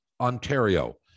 Ontario